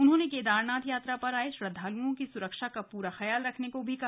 उन्होंने केदारनाथ यात्रा पर आये श्रद्वालुओं की सुरक्षा का पूरा ख्याल रखने को भी कहा